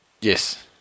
Yes